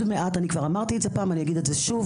אמרתי פעם, ואגיד שוב